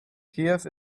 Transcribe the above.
kiew